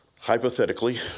hypothetically